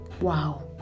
Wow